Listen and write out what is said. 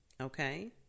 Okay